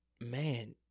man